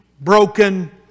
broken